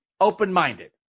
open-minded